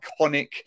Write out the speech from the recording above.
iconic